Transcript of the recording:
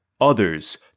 others